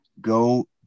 Go